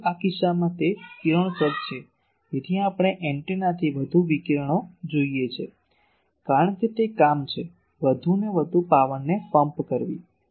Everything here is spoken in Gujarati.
પરંતુ આ કિસ્સામાં તે કિરણોત્સર્ગ છે તેથી આપણે એન્ટેનાથી વધુ વિકિરણો જોઈએ છે કારણ કે તે કામ છે વધુ અને વધુ પાવરને પંપ કરવી